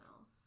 else